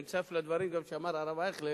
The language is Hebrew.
ואם אני מצטרף גם לדברים שאמר הרב אייכלר,